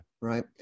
right